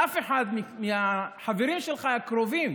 אף אחד מהחברים הקרובים